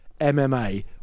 MMA